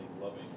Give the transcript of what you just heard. loving